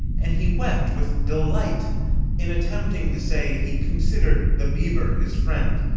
and he wept with delight in attempting to say he considered the beaver his friend.